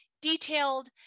detailed